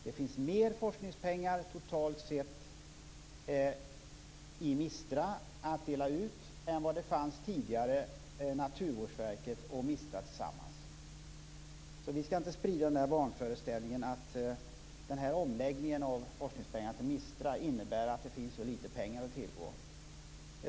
Det finns totalt sett mer forskningspengar att dela ut i MISTRA än vad som tidigare fanns i Naturvårdsverket och Vi skall inte sprida vanföreställningen att omläggningen av forskningspengarna till MISTRA innebär att det finns litet pengar att tillgå.